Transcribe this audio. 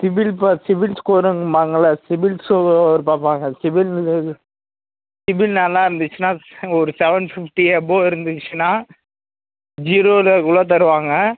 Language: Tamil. சிபில் பார் சிபில் ஸ்கோரும்பாங்கள்லை சிபில் ஸ்கோர் பார்ப்பாங்க சிபில் சிபில் நல்லா இருந்துச்சுன்னால் ஒரு செவன் ஃபிஃப்டி அபோவ் இருந்துச்சுன்னால் ஜீரோவில் கூட தருவாங்க